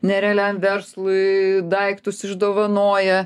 nerealiam verslui daiktus išdovanoja